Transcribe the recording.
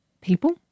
people